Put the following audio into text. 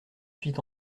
fit